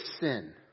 sin